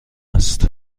است